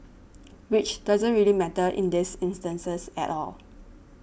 which doesn't really matter in this instance at all